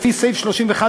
לפי סעיף 31(א).